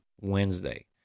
Wednesday